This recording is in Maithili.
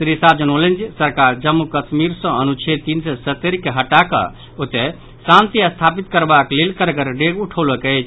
श्री शाह जनौलनि जे सरकार जम्मू कश्मीर सॅ अनुच्छेद तीन सय सत्तर के हटाकऽ ओतय शांति स्थापित करबाक लेल कड़गर डेग उठौलक अछि